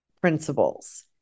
principles